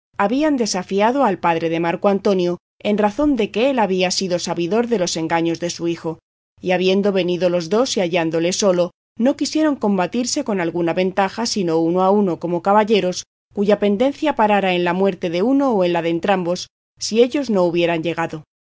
habían desafiado al padre de marco antonio en razón de que él había sido sabidor de los engaños de su hijo y habiendo venido los dos y hallándole solo no quisieron combatirse con alguna ventaja sino uno a uno como caballeros cuya pendencia parara en la muerte de uno o en la de entrambos si ellos no hubieran llegado